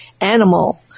animal